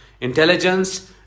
intelligence